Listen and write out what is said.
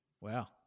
Wow